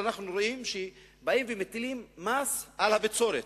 אנחנו רואים שבאים ומטילים מס על הבצורת,